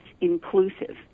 inclusive